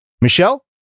Michelle